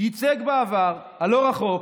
ייצג בעבר הלא-רחוק